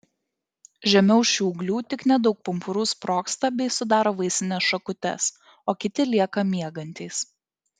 žemiau šių ūglių tik nedaug pumpurų sprogsta bei sudaro vaisines šakutes o kiti lieka miegantys